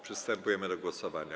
Przystępujemy do głosowania.